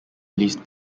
released